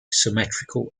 symmetrical